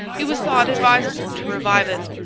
it was thought advisable to revive it.